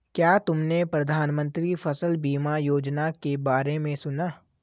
क्या तुमने प्रधानमंत्री फसल बीमा योजना के बारे में सुना?